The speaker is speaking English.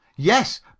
Yes